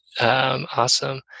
awesome